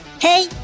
Hey